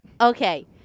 Okay